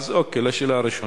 אוקיי, אז לשאלה הראשונה.